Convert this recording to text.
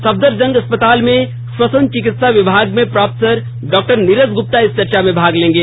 सफदरजंग अस्पताल में श्वसन चिकित्सा विभाग में प्रोफेसर डॉ नीरज गुप्ता इस चर्चा में भाग लेंगे